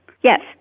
Yes